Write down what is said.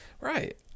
right